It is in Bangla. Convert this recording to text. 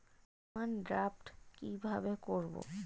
ডিমান ড্রাফ্ট কীভাবে করব?